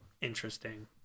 interesting